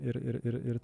ir ir ir ir